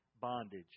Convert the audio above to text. bondage